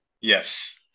Yes